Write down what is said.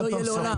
זה לא יהיה לעולם.